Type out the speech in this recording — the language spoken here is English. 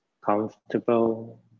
comfortable